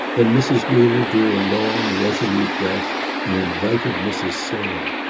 then mrs. wheeler drew a long, resolute breath and invited mrs. sayre.